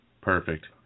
Perfect